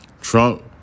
Trump